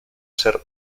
ser